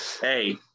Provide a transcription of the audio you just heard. hey